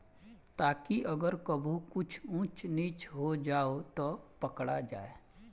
ताकि अगर कबो कुछ ऊच नीच हो जाव त पकड़ा जाए